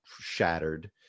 shattered